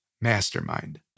mastermind